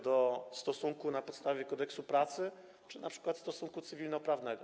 Do stosunku na podstawie Kodeksu pracy czy np. stosunku cywilnoprawnego?